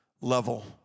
level